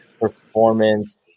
performance